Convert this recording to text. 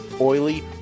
oily